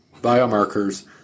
biomarkers